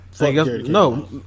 No